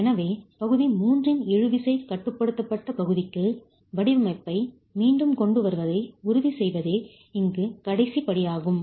எனவே பகுதி 3 இன் இழு விசைகட்டுப்படுத்தப்பட்ட பகுதிக்கு வடிவமைப்பை மீண்டும் கொண்டு வருவதை உறுதி செய்வதே இங்கு கடைசிப் படியாகும்